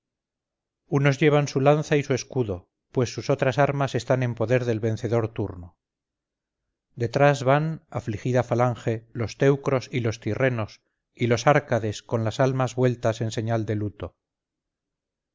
unos llevan su lanza y su escudo pues sus otras armas están en poder del vencedor turno detrás van afligida falange los teucros y los tirrenos y los árcades con las armas vueltas en señal de luto